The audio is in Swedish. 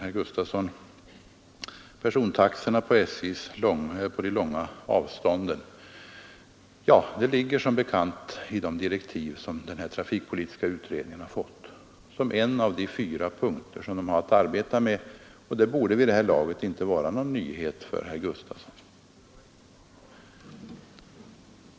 Herr Gustafson i Göteborg talade om persontaxorna på de långa avstånden. Ja, dessa finns medtagna i de direktiv som den trafikpolitiska utredningen har fått. Det är en av de fyra punkter utredningen har att arbeta med. Det borde vid det här laget inte vara någon nyhet för herr Gustafson.